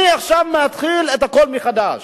ואני עכשיו מתחיל את הכול מחדש.